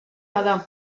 bada